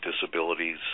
disabilities